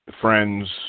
friends